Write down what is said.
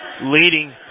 leading